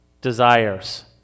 desires